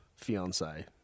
Fiance